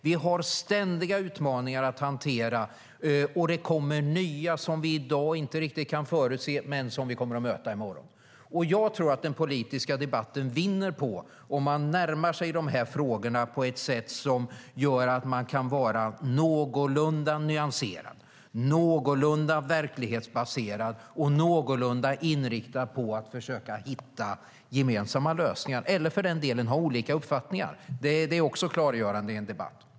Vi har ständiga utmaningar att hantera, och det kommer nya som vi i dag inte riktigt kan förutse men som vi kommer att möta i morgon. Jag tror att den politiska debatten vinner på om man närmar sig de här frågorna på ett sätt att man kan vara någorlunda nyanserad, någorlunda verklighetsbaserad och någorlunda inriktad på att försöka hitta gemensamma lösningar, eller för den delen ha olika uppfattningar, för det är också klargörande i en debatt.